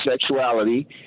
sexuality